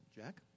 Jack